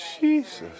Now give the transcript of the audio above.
Jesus